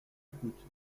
coûte